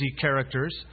characters